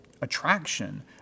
attraction